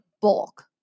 bulk